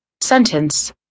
Sentence